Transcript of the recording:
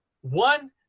one